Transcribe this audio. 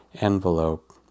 envelope